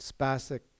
spastic